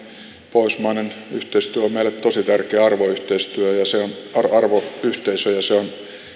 pohjoismainen yhteistyö on meille tosi tärkeätä arvoyhteistyötä ja se on arvoyhteisö ja se on